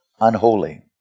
unholy